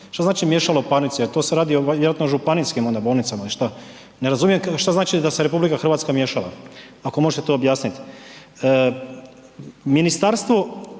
Što znači miješalo parnice jer tu se radi vjerojatno o županijskim onda bolnicama ili šta, ne razumijem šta znači da se RH miješala ako možete objasnit. Ministarstvo